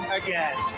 again